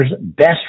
best